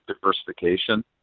diversification